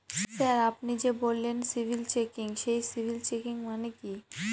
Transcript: Sir আপনি যে বললেন সিবিল চেকিং সেই সিবিল চেকিং মানে কি?